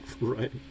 right